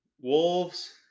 Wolves